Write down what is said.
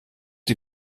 die